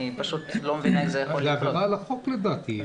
אני פשוט לא מבינה --- זו עבירה על החוק לדעתי.